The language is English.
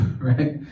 Right